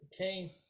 Okay